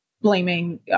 blaming